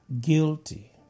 Guilty